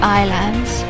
islands